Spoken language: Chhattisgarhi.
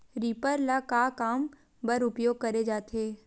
रीपर ल का काम बर उपयोग करे जाथे?